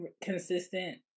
consistent